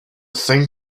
thing